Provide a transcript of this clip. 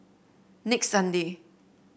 next Sunday